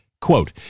Quote